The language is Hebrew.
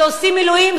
שעושים מילואים,